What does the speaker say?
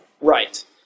Right